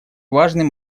важный